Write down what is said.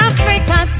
Africa